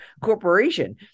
corporation